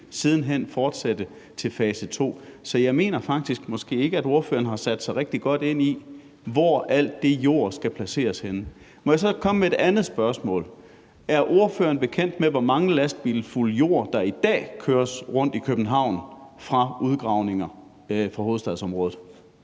siden hen fortsætte til fase to. Så jeg mener faktisk måske ikke, at ordføreren har sat sig rigtig godt ind i, hvor al den jord skal placeres henne. Må jeg så komme med et andet spørgsmål: Er ordføreren bekendt med, hvor mange lastbilfulde jord, der i dag køres rundt i København, fra udgravninger i hovedstadsområdet?